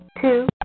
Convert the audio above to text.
Two